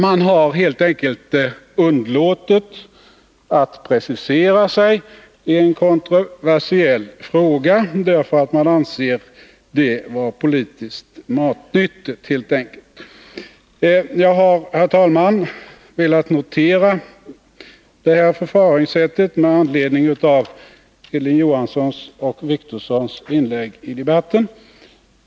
Man har helt enkelt underlåtit att precisera sig i en kontroversiell fråga, därför att man anser det vara politiskt matnyttigt. Jag har, herr talman, velat notera det här förfaringssättet med anledning av Hilding Johanssons och Åke Wictorssons inlägg i debatten.